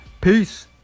Peace